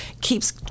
keeps